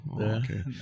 okay